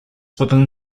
within